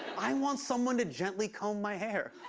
i want someone to gently comb my hair.